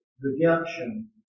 redemption